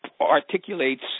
articulates